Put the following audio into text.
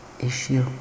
issue